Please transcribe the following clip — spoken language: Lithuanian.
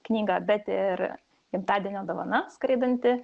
knygą bet ir gimtadienio dovana skraidanti